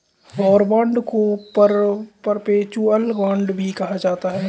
war bond को perpetual bond भी कहा जाता है